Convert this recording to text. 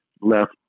left